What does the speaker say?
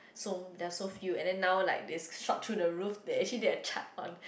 so there is so few and then now like is shot through the roof there actually is a chart on